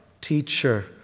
teacher